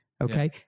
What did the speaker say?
Okay